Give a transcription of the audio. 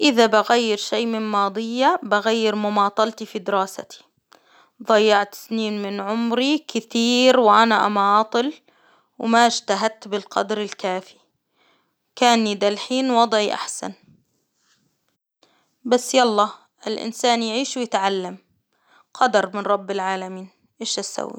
إذا بغير شيء من ماضيا بغير مماطلتي في دراستي، ضيعت سنين من عمري كتير وأنا أماطل، وما إجتهدت بالقدر الكافي، كأني دا الحين وضعي أحسن، بس يلا الإنسان يعيش ويتعلم، قدر من رب العالمين إيش أسوي؟